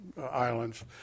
islands